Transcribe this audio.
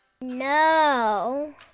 No